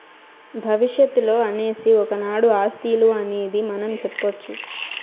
భవిష్యత్తులో అనేసి ఒకనాడు ఆస్తి ఇలువ అనేది మనం సెప్పొచ్చు